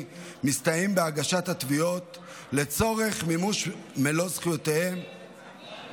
מסתייעים בהגשת התביעות לצורך מימוש מלוא זכיותיהם